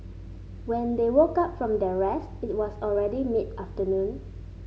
when they woke up from their rest it was already mid afternoon